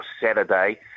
Saturday